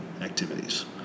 activities